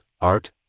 art